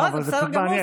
לא, זה בסדר גמור.